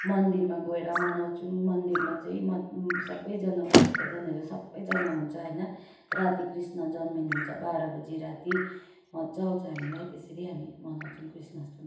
मन्दिरमा गएर मनाउँछौँ मन्दिरमा चाहिँ मन सबैजना भक्तजनहरू सबैजना हुन्छ होइन राति कृष्ण जन्मिनुहुन्छ बाह्र बजी राति मज्जा आउँछ हामीलाई त्यसरी हामी मनाउँछौँ कृष्ण अष्टमी